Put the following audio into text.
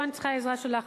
פה אני צריכה עזרה שלך,